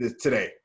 today